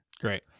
Great